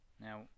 Now